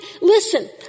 Listen